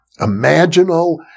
imaginal